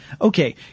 Okay